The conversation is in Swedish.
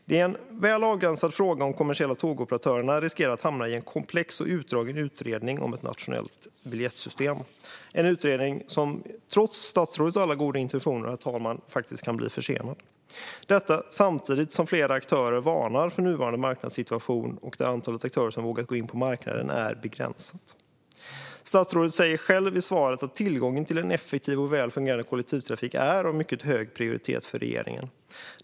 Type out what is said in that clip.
Det är en väl avgränsad fråga om kommersiella tågaktörer riskerar att hamna i en komplex och utdragen utredning om ett nationellt biljettsystem. Det är en utredning som trots statsrådets alla goda intentioner faktiskt kan bli försenad - detta samtidigt som flera aktörer varnar för nuvarande marknadssituation, där antalet aktörer som har vågat gå in på marknaden är begränsat. Statsrådet sa själv i sitt svar att tillgången till en effektiv och väl fungerande kollektivtrafik har hög prioritet för regeringen.